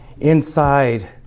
Inside